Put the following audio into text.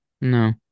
No